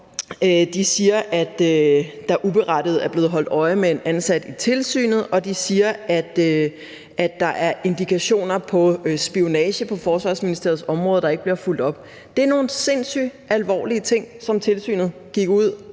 De siger, at der uberettiget er blevet holdt øje med en ansat i tilsynet. Og de siger, at der er indikationer på spionage på Forsvarsministeriets område, der ikke bliver fulgt op. Det er nogle sindssyg alvorlige ting, som tilsynet gik ud